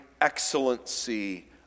excellency